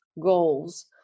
goals